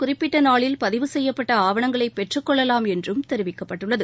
குறிப்பிட்ட நாளில் பதிவு செய்யப்பட்ட ஆவணங்களை பெற்றுக்கொள்ளலாம் என்றும் தெரிவிக்கப்பட்டுள்ளது